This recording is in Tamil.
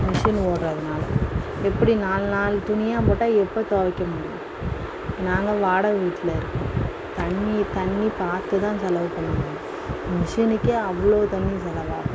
மிஷினு ஓடுறதுனால எப்படி நாலு நாலு துணியாக போட்டால் எப்போ துவைக்க முடியும் நாங்கள் வாடகை வீட்டில் இருக்கோம் தண்ணி தண்ணி பார்த்து தான் செலவு பண்ணணும் மிஷுனுக்கே அவ்வளோ தண்ணி செலவாகுது